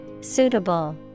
Suitable